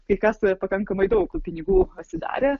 kai kas pakankamai daug pinigų pasidarė